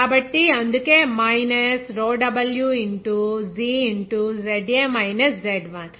కాబట్టి అందుకే minus rho w into g into ZA minus Z1